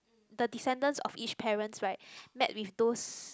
the descendants of each parents right met with those